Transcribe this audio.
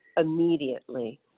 Immediately